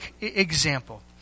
example